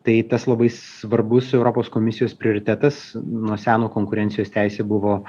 tai tas labai svarbus europos komisijos prioritetas nuo seno konkurencijos teisė buvo